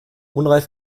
unreif